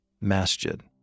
masjid